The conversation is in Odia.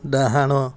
ଡ଼ାହାଣ